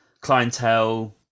clientele